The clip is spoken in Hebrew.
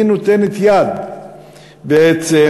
היא נותנת יד לחקיקה,